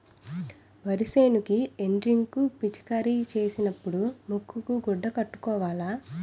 వరి సేనుకి ఎండ్రిన్ ను పిచికారీ సేసినపుడు ముక్కుకు గుడ్డ కట్టుకోవాల